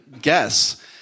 guess